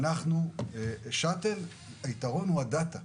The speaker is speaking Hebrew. היתרון של השאט"ל הוא הדאטה.